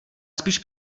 spíš